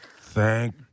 thank